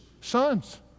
sons